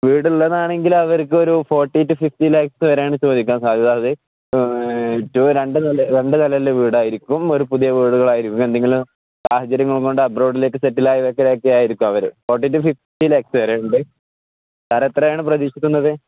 വീടുള്ളതാണെങ്കിൽ അവർക്കൊരു forty to fifty lakhs വരാണ് ചോദിക്കാ സാർ അതായത് ടു രണ്ട് ന രണ്ട് നലല്ല വീടായിരിക്കും ഒരു പുതിയ വീടുകളായിരിക്കും എന്തെങ്കിലും സാഹചര്യങ്ങള കൊണ്ട് അബ്രോഡിലേക്ക് സെറ്റിൽ ആവെക്കലൊക്കെ ആയിരിക്കും അവര് ഫോർട്ടി ടു ഫിഫ്റ്റി ലാക്ക്സ് വരണ്ട് സാറെ എത്രയാണ് പ്രതീക്ഷിക്കുന്നത്